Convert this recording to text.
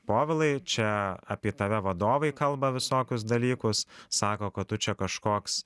povilai čia apie tave vadovai kalba visokius dalykus sako kad tu čia kažkoks